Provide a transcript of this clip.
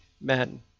men